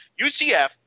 UCF